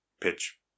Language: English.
pitch